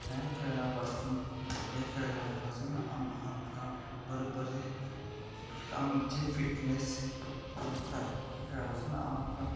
ह्या खेळा पासून हे खेळा पासून आमकां बरे बरे आमचे फिटनेस उरता हे पासून आमकां